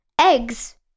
eggs